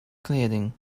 kleding